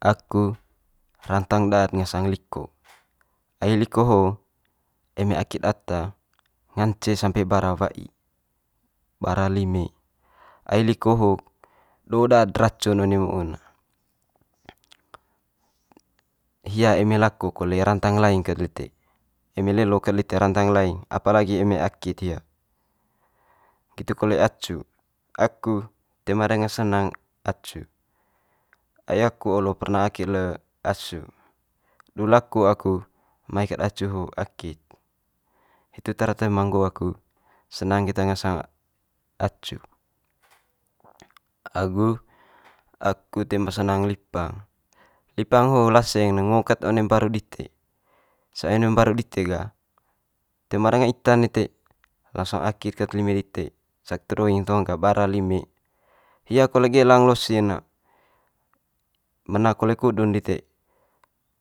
aku rantang daat ngasang liko, ai liko eme akit ata ngance sampe bara wai bara lime. Ai liko ho do daat racun one mu'un hia eme lako kole rantang laing kat lite eme lelo kat lite rantang laing apalagi eme akit hia, nggitu kole acu. Aku toe ma danga senang acu, ai aku olo perna akit le asu du lako aku mai ked acu ho akit, hitu tara toe ma nggo aku senang keta ngasang acu. agu toe ma senang lipang, lipang ho laseng ne ngo ket one mbaru dite, cai one mbaru dite gah toe ma danga ita'n lite, langsung akit kat lime dite duing tong ga bara lime. Hia kole gelang losi'n ne mena kole kudu'n lite